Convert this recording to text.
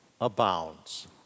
abounds